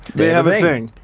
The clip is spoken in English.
they have a thing.